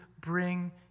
bring